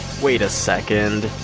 wait a second.